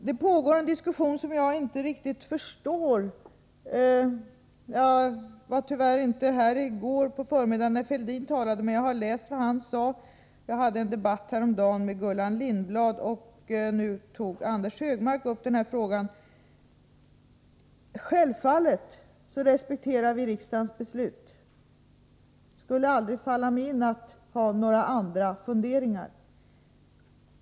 Det pågår en diskussion som jag inte riktigt förstår. Jag var tyvärr inte närvarande i kammaren i går på förmiddagen, då Thorbjörn Fälldin talade, men jag har läst vad han sade. Jag hade en debatt häromdagen med Gullan Lindblad, och nu tog Anders Högmark upp den här frågan. Självfallet respekterar vi i regeringen riksdagens beslut. Det skulle aldrig falla mig in att ha några andra funderingar.